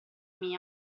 mia